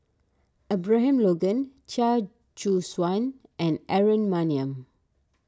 Abraham Logan Chia Choo Suan and Aaron Maniam